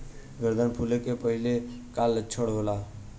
गर्दन फुले के पहिले के का लक्षण होला?